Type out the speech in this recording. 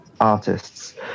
artists